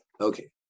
Okay